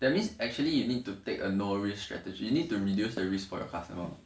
that means actually you need to take a no risk strategy you need to reduce the risk for your customer